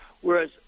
Whereas